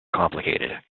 complicated